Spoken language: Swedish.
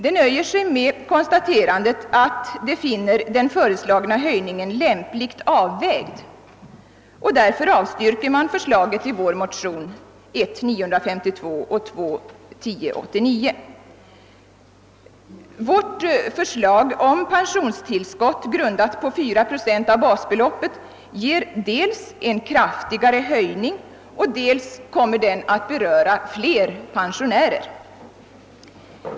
Det nöjer sig med att konstatera att den föreslagna höjningen är lämpligt avvägd och avstyrker därför förslaget i våra motioner 1:952 och II: 1089. Vårt förslag om pensionstillskott grundat på 4 procent av basbeloppet kommer dels att ge en kraftigare höjning, dels att beröra fler pensionärer.